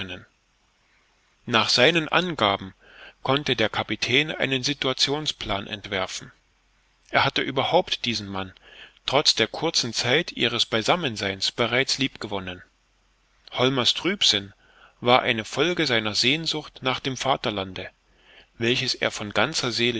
nach seinen angaben konnte der kapitän einen situationsplan entwerfen er hatte überhaupt diesen mann trotz der kurzen zeit ihres beisammenseins bereits lieb gewonnen holmers trübsinn war eine folge seiner sehnsucht nach dem vaterlande welches er von ganzer seele